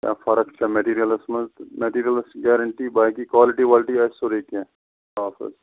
یا فرق چھا مِٹیٖرل منٛز تہٕ مٹیٖرلس چھِ گٮ۪رنٹی باقی کالٹی والٹی آسہِ سورٕے کیٚنٛہہ صاف حظ